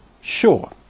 Sure